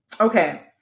Okay